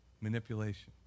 manipulation